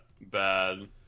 bad